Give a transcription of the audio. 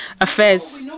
affairs